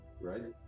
right